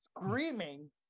Screaming